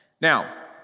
Now